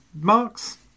marks